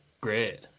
great